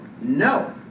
No